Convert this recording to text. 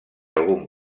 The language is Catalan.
algun